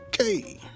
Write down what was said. Okay